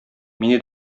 мине